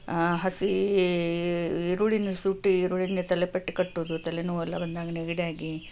ಹಸಿ ಈರುಳ್ಳಿನ ಸುಟ್ಟು ಈರುಳ್ಳಿನ ತಲೆಪಟ್ಟಿ ಕಟ್ಟುವುದು ತಲೆನೋವೆಲ್ಲ ಬಂದಾಗ ನೆಗಡಿ ಆಗಿ